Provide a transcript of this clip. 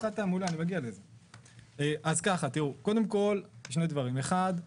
אז קודם כל שני דברים: אחד,